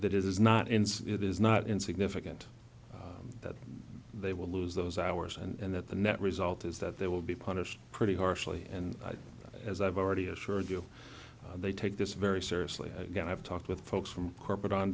that is not in it is not insignificant that they will lose those hours and that the net result is that they will be punished pretty harshly and as i've already assured you they take this very seriously i've got i've talked with folks from corporate on